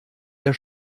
der